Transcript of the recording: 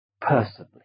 personally